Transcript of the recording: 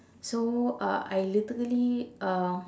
so uh I literally um